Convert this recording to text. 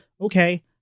okay